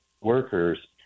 workers